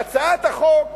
והצעת החוק,